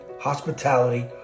hospitality